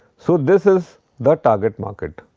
so, this is the target market.